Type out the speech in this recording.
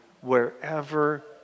wherever